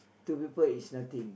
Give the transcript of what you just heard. to people is nothing